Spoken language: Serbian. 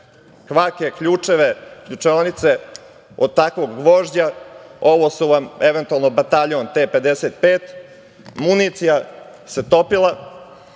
kvake, ključeve, ključaonice od takvog gvožđa. Ovo vam je eventualno bataljon T-55. Municija se topila.